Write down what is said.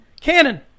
Cannon